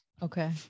okay